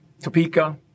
Topeka